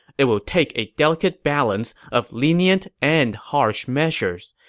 it will take a delicate balance of lenient and harsh measures,